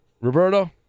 Roberto